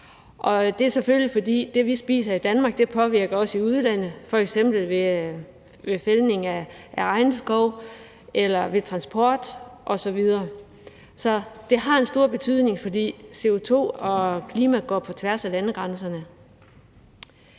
det er selvfølgelig, fordi det, vi spiser i Danmark, også påvirker noget i udlandet, f.eks. ved fældning af regnskov eller ved transport osv. Så det har en stor betydning, fordi CO2 og klima går på tværs af landegrænserne.